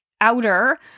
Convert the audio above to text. outer